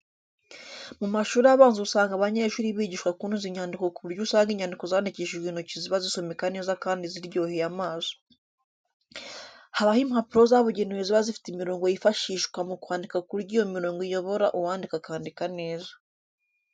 Mu mashuri abanza usanga abanyeshuri bigishwa kunoza inyandiko ku buryo usanga inyandiko zandikishijwe intoki ziba zisomeka neza kandi ziryoheye amaso. Habaho impapuro zabugenewe ziba zifite imirongo yifashisjwa mu kwandika ku buryo iyo mirongo iyobora uwandika akandika neza.